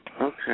Okay